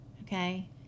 okay